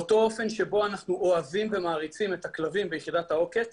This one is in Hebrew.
באותו אופן שבוא אנחנו אוהבים ומעריצים את הכלבים ביחידת העוקץ